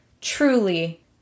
truly